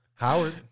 Howard